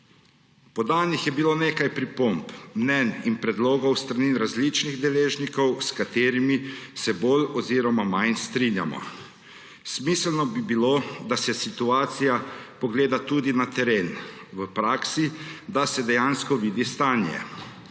Podanih je bilo nekaj pripomb, mnenj in predlogov s strani različnih deležnikov, s katerimi se bolj oziroma manj strinjamo. Smiselno bi bilo, da se situacija pogleda tudi na teren, v praksi, da se dejansko vidi stanje.